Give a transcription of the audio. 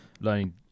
learning